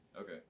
okay